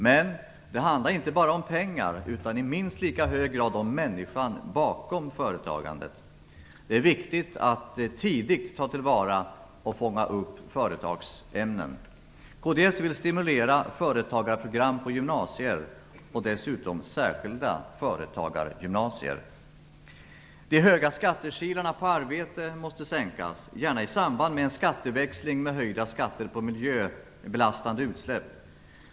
Men det handlar inte bara om pengar, utan i minst lika hög grad om människan bakom företagandet. Det är viktigt att tidigt tillvarata och fånga upp företagsämnen. Kds vill stimulera företagarprogram på gymnasier och dessutom särskilda företagargymnasier. De stora skattekilarna på arbete måste minskas, gärna i samband med en skatteväxling med höjda skatter på miljöbelastande utsläpp.